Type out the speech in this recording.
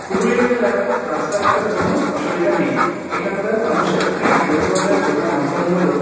পুরুলিয়া জেলার রাস্তাঘাটের কোনো অসুবিধা নেই এখানকার মানুষের পরিবহনের প্রধান মাধ্যম হল